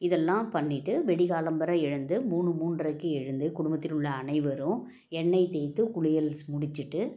இதெல்லாம் பண்ணிட்டு விடிகாலம்பற எழுந்து மூணு மூன்றைக்கு எழுந்து குடும்பத்தில் உள்ள அனைவரும் எண்ணெய் தேய்த்து குளியல்ஸ் முடிச்சிட்டு